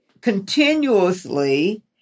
continuously